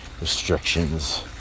restrictions